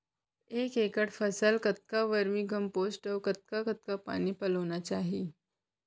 एक एकड़ फसल कतका वर्मीकम्पोस्ट अऊ कतका कतका पानी पलोना चाही?